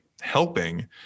helping